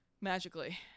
Magically